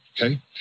okay